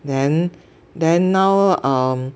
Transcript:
then then now um